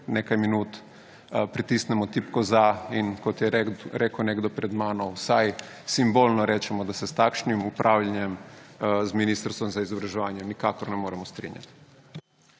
nekaj minut pritisnemo tipko »za« in, kot je rekel nekdo pred mano, vsaj simbolno rečemo, da se s takšnim upravljanjem, z ministrstvom za izobraževanje nikakor ne moremo strinjati.